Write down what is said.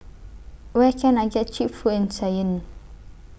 Where Can I get Cheap Food in Cayenne